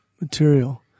material